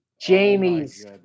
Jamie's